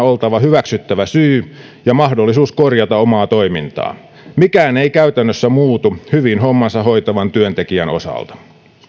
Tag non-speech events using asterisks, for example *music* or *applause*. *unintelligible* oltava hyväksyttävä syy ja mahdollisuus korjata omaa toimintaa mikään ei käytännössä muutu hyvin hommansa hoitavan työntekijän osalta